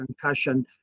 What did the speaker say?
concussion